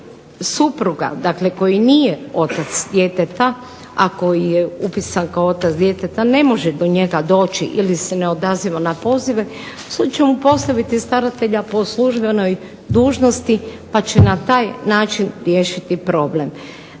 se supruga dakle koji nije otac djeteta, a koji je upisan kao otac djeteta ne može do njega doći ili se ne odaziva na pozive sud će mu postaviti staratelja po službenoj dužnosti pa će na taj način riješiti problem.